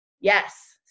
yes